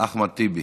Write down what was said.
אחמד טיבי,